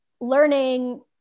learning